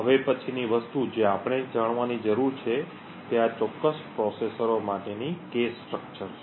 હવે પછીની વસ્તુ જે આપણે જાણવાની જરૂર છે તે આ ચોક્કસ પ્રોસેસરો માટેની cache સ્ટ્રક્ચર છે